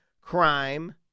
crime